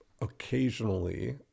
occasionally